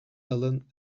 ellen